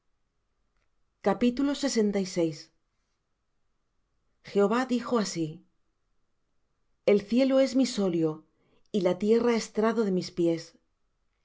jehova dijo así el cielo es mi solio y la tierra estrado de mis pies